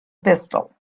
pistol